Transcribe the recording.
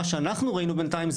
מה שאנחנו ראינו בינתיים,